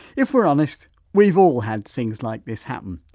if we're honest we've all had things like this happen,